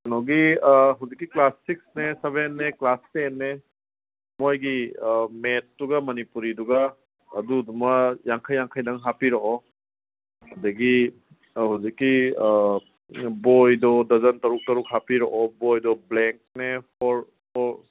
ꯀꯩꯅꯣꯒꯤ ꯍꯧꯖꯤꯛꯀꯤ ꯀ꯭ꯂꯥꯁ ꯁꯤꯛꯁꯅꯦ ꯁꯕꯦꯟꯅꯦ ꯀ꯭ꯂꯥꯁ ꯇꯦꯟꯅꯦ ꯃꯣꯏꯒꯤ ꯃꯦꯠꯇꯨꯒ ꯃꯅꯤꯄꯨꯔꯤꯗꯨꯒ ꯑꯗꯨꯗꯨꯃ ꯌꯥꯡꯈꯩ ꯌꯥꯡꯈꯩꯗꯪ ꯍꯥꯞꯄꯤꯔꯛꯑꯣ ꯑꯗꯒꯤ ꯍꯧꯖꯤꯛꯀꯤ ꯕꯣꯏꯗꯣ ꯗꯔꯖꯟ ꯇꯔꯨꯛ ꯇꯔꯨꯛ ꯍꯥꯞꯄꯤꯔꯛꯑꯣ ꯕꯣꯏꯗꯣ ꯕ꯭ꯂꯦꯡꯅꯦ